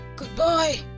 Goodbye